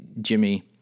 Jimmy